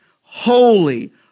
holy